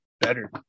better